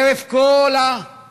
חרף כל המחלוקות,